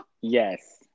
Yes